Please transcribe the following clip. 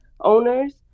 owners